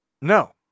No